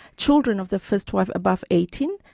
children of the first wife above eighteen,